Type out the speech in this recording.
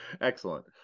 Excellent